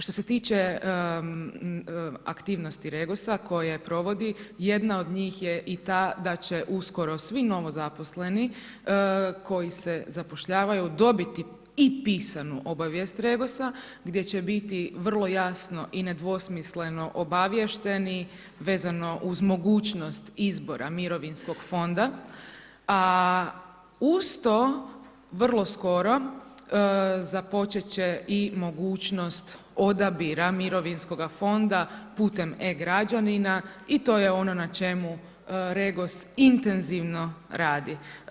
Što se tiče aktivnosti REGOS-a koje provodi, jedna od njih je i ta da će uskoro svih novozaposleni koji se zapošljavaju dobiti i pisanu obavijest REGOS-a gdje će biti vrlo jasno i nedvosmisleno obaviješteni vezano uz mogućnost izbora mirovinskog fonda, a uz to vrlo skoro započeti će i mogućnost odabira mirovinskoga fonda putem e-građanina i to je ono na čemu REGOS intenzivno radi.